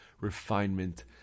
refinement